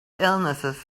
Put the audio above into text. illnesses